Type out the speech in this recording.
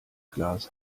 glas